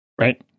right